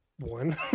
One